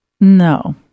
No